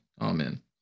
Amen